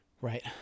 Right